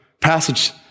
passage